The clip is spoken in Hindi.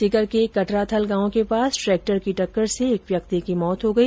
सीकर के कटराथल गांव के पास ट्रेक्टर की टक्कर से एक व्यक्ति की मौत हो गई